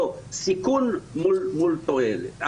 או סיכון מול תועלת.